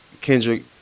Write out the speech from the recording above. kendrick